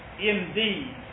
indeed